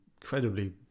Incredibly